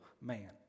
man